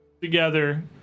together